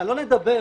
שלא נדבר